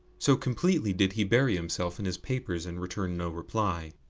so completely did he bury himself in his papers and return no reply.